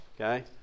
Okay